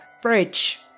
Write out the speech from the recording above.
fridge